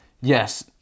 Yes